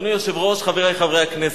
אדוני היושב-ראש, חברי חברי הכנסת,